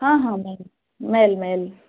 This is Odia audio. ହଁ ହଁ ମେଲ୍ ମେଲ୍ ମେଲ୍